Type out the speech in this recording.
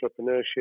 entrepreneurship